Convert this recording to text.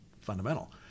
fundamental